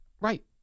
Right